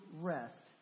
rest